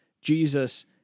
Jesus